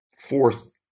fourth